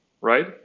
right